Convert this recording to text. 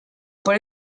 por